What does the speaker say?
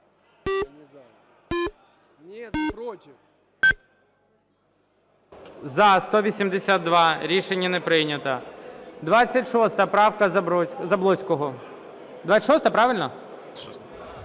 За-182 Рішення не прийнято. 26 правка Заблоцького. 26-а, правильно?